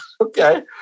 okay